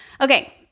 Okay